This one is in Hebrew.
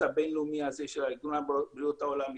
הבין-לאומי הזה של ארגון הבריאות העולמי,